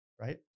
right